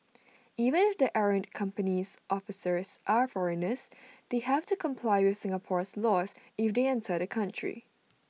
even if the errant company's officers are foreigners they have to comply with Singapore's laws if they enter the country